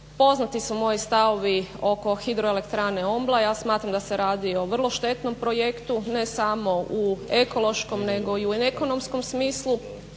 Poznati su moji stavovi oko HE OMBLA, ja smatram da se radi o vrlo štetnom projektu ne samo u ekološkom nego i u ekonomskom smislu.